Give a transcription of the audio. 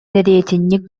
дэриэтинньик